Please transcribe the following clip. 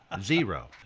zero